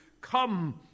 come